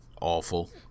awful